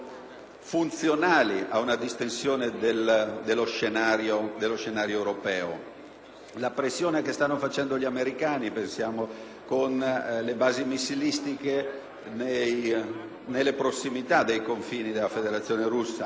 funzionali ad una distensione dello scenario europeo. Pensiamo alla pressione che stanno facendo gli americani con le basi missilistiche in prossimità dei confini della Federazione russa,